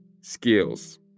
skills